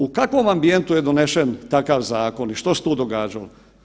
U kakvom ambijentu je donesen takav zakon i što se tu događalo?